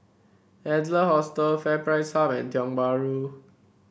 Adler Hostel FairPrice Hub and Tiong Bahru